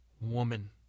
woman